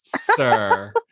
sir